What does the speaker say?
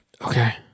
Okay